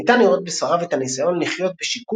ניתן לראות בספריו את הניסיון לחיות בשיכון